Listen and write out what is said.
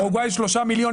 אורוגוואי, 3 מיליון.